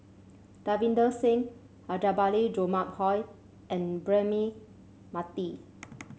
Davinder Singh Rajabali Jumabhoy and Braema Mathi